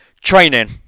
training